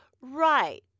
Right